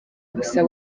gusa